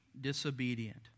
disobedient